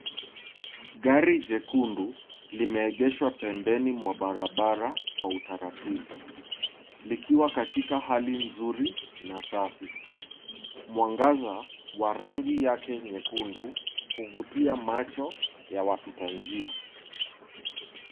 Gari jekundu limeegeshwa pembeni mwa barabara kwa utaratibu likiwa katika hali nzuri na safi. Mwangaza wa rangi yake nyekundu huvutia macho ya wapitanjia.